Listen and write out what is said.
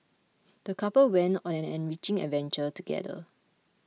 the couple went on an enriching adventure together